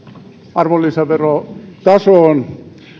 arvonlisäverotasoon